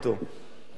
חברים, חברי הכנסת,